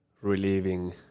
relieving